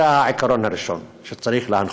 זה העיקרון הראשון שצריך להנחות.